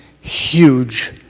huge